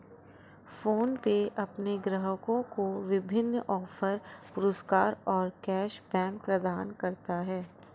PhonePe अपने ग्राहकों को विभिन्न ऑफ़र, पुरस्कार और कैश बैक प्रदान करता है